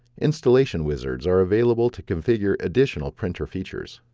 installation wizards are available to configure additional printer features.